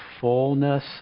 fullness